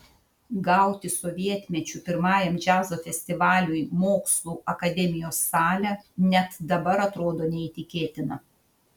gauti sovietmečiu pirmajam džiazo festivaliui mokslų akademijos salę net dabar atrodo neįtikėtina